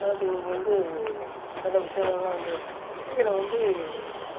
அப்படிங்கும் போது வந்து சில விஷயங்கள்லாம் வந்து இசையில் வந்து